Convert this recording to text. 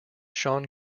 sean